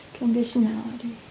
conditionality